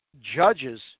judges